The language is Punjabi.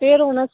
ਫਿਰ ਹੁਣ